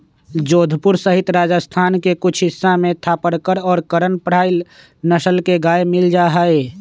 जोधपुर सहित राजस्थान के कुछ हिस्सा में थापरकर और करन फ्राइ नस्ल के गाय मील जाहई